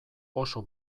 oso